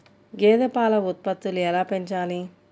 గేదె పాల ఉత్పత్తులు ఎలా పెంచాలి?